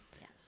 Yes